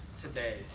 today